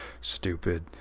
stupid